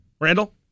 Randall